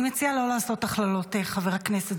אני מציעה לא לעשות הכללות, חבר הכנסת.